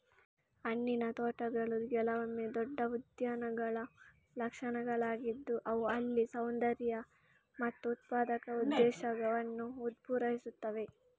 ಹಣ್ಣಿನ ತೋಟಗಳು ಕೆಲವೊಮ್ಮೆ ದೊಡ್ಡ ಉದ್ಯಾನಗಳ ಲಕ್ಷಣಗಳಾಗಿದ್ದು ಅವು ಅಲ್ಲಿ ಸೌಂದರ್ಯ ಮತ್ತು ಉತ್ಪಾದಕ ಉದ್ದೇಶವನ್ನು ಪೂರೈಸುತ್ತವೆ